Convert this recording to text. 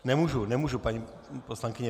Nemůžu, nemůžu, paní poslankyně.